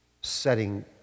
setting